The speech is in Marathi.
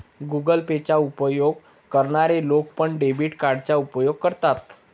गुगल पे चा उपयोग करणारे लोक पण, डेबिट कार्डचा उपयोग करतात